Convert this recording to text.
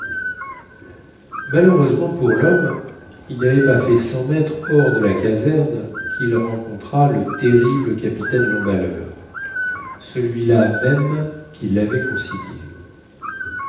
malheureusement pour lhomme il navait pas fait cent mètres hors de la caserne quil rencontra le terrible capitaine lemballeur celui-là même qui lavait consigné